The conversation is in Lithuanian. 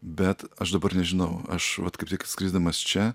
bet aš dabar nežinau aš vat kaip tik skrisdamas čia